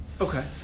Okay